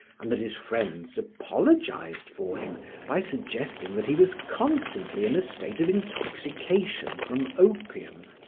and that his friends apologized for him by suggesting that he was constantly in a state of intoxication from opium.